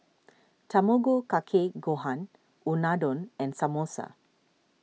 Tamago Kake Gohan Unadon and Samosa